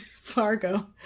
Fargo